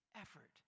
effort